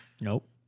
nope